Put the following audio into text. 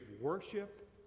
worship